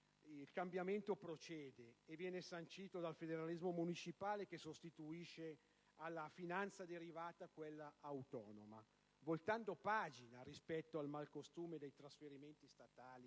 il cambiamento procede e viene sancito dal federalismo municipale che sostituisce alla finanza derivata quella autonoma voltando pagina rispetto al malcostume dei trasferimenti statali